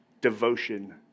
devotion